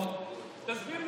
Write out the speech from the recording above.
למה